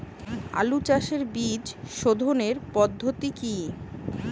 আলু চাষের বীজ সোধনের পদ্ধতি কি?